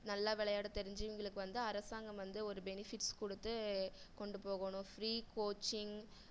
நல்ல விளையாட தெரிஞ்சவங்களுக்கு வந்து அரசாங்கம் வந்து ஒரு பெனிஃபிட்ஸ் கொடுத்து கொண்டு போகணும் ஃபிரி கோச்சிங்